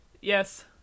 yes